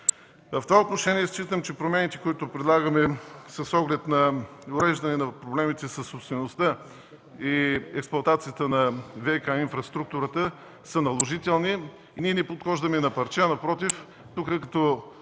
В това отношение считам, че промените, които предлагаме с оглед уреждане на проблемите със собствеността и експлоатацията на ВиК инфраструктурата, са наложителни. Ние не подхождаме на парче, а напротив, като